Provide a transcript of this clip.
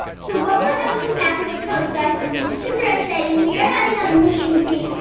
so while we're having a snack we're gonna tell you guys something super exciting. we are having a meet and greet.